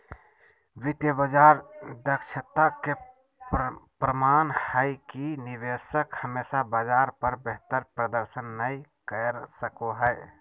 वित्तीय बाजार दक्षता के प्रमाण हय कि निवेशक हमेशा बाजार पर बेहतर प्रदर्शन नय कर सको हय